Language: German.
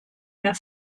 mehr